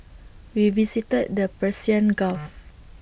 we visited the Persian gulf